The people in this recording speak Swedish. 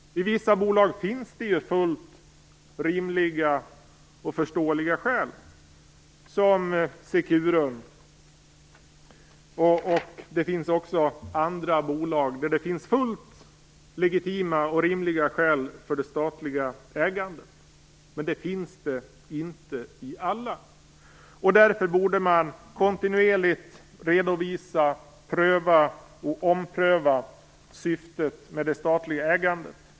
I vissa bolag finns det ju fullt rimliga och förståeliga skäl, t.ex. Securum. Det finns också andra bolag där det finns fullt legitima och rimliga skäl för det statliga ägandet. Men det finns det inte i alla. Därför borde man kontinuerligt redovisa, pröva och ompröva syftet med det statliga ägandet.